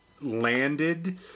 landed